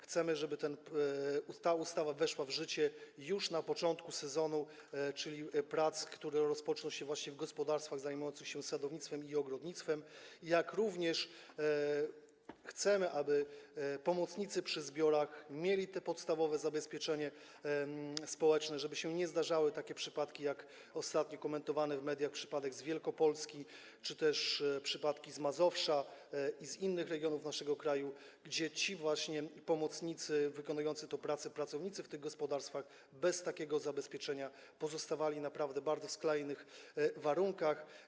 Chcemy, żeby ta ustawa weszła w życie już na początku sezonu, czyli wraz z rozpoczęciem prac w gospodarstwach zajmujących się sadownictwem i ogrodnictwem, jak również chcemy, aby pomocnicy przy zbiorach mieli te podstawowe zabezpieczenie społeczne, tak żeby się nie zdarzały takie przypadki jak ostatnio komentowany w mediach przypadek z Wielkopolski, czy też przypadki z Mazowsza i z innych regionów naszego kraju, gdzie właśnie pomocnicy wykonujący tę pracę, pracownicy z tych gospodarstw pozostawali bez takiego zabezpieczenia w naprawdę skrajnych warunkach.